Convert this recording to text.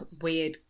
weird